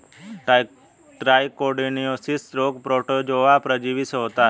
trichodinosis रोग protozoa परजीवी से होता है